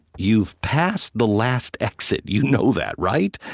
you've passed the last exit. you know that, right?